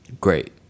great